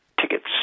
tickets